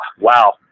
wow